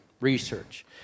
research